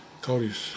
Cody's